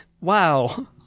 Wow